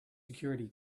security